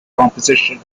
composition